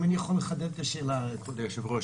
אני יכול לחדד את השאלה, אדוני היושב-ראש.